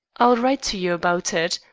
i'll write to you about it.